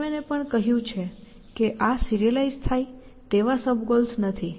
Sussman એ પણ કહ્યું કે આ સિરીઅલાઈઝ થાય તેવા સબ ગોલ્સ નથી